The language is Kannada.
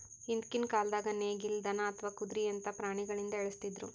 ಹಿಂದ್ಕಿನ್ ಕಾಲ್ದಾಗ ನೇಗಿಲ್, ದನಾ ಅಥವಾ ಕುದ್ರಿಯಂತಾ ಪ್ರಾಣಿಗೊಳಿಂದ ಎಳಸ್ತಿದ್ರು